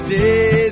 day